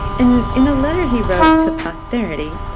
in in the letter he wrote to posterity,